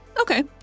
Okay